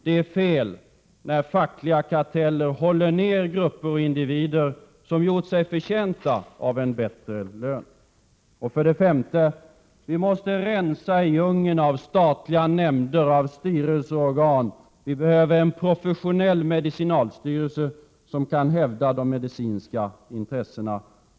Det är fel när fackliga karteller håller nere grupper och individer som gjort sig förtjänta av en bättre lön. Och för det femte: Vi måste rensa i djungeln av statliga nämnder, styrelser och organ. Vi behöver en professionell medicinalstyrelse som kan hävda de medicinska intressena.